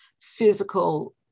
physical